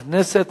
שירותי הסעד (תיקון מס' 7)